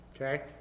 Okay